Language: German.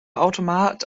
automat